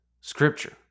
scripture